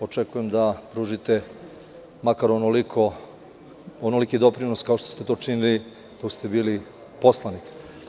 Očekujem da pružite makar onoliki doprinos kao što ste to činili dok ste bili poslanik.